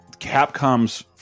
Capcom's